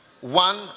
One